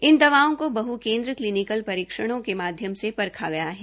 इन दवाओं केा बह केन्द्र क्लीनिकल परीक्षणों के माध्यम से परखा गया है